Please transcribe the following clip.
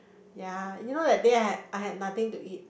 ya you know that day I had I had nothing to eat